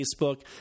Facebook